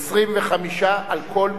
25 על כל,